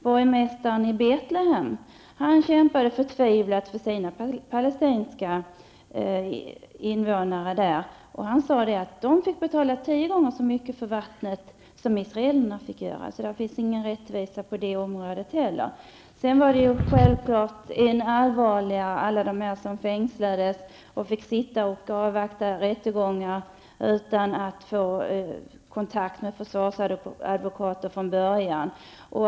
Borgmästaren i Betlehem kämpade förtvivlat för sina palestinska invånare. Han sade att de fick betala tio gånger så mycket för vattnet som israelerna behövde göra. Så det fanns ingen rättvisa på det området heller. Än allvarligare var självklart alla de fall där människor fängslades och fick avvakta rättegångar utan att från början få kontakt med försvarsadvokater.